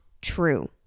true